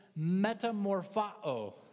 metamorphao